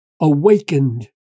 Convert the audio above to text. awakened